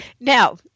Now